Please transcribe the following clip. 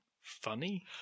funny